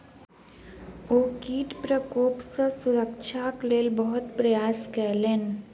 ओ कीट प्रकोप सॅ सुरक्षाक लेल बहुत प्रयास केलैन